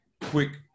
quick